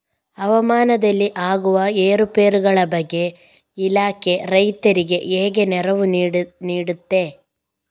ಹವಾಮಾನದಲ್ಲಿ ಆಗುವ ಏರುಪೇರುಗಳ ಬಗ್ಗೆ ಇಲಾಖೆ ರೈತರಿಗೆ ಹೇಗೆ ನೆರವು ನೀಡ್ತದೆ?